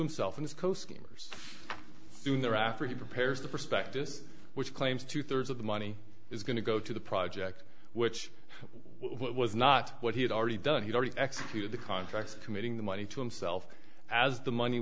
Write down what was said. himself in this coast gamer's soon thereafter he prepares the prospectus which claims two thirds of the money is going to go to the project which what was not what he had already done he already executed the contracts committing the money to himself as the money